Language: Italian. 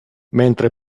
mentre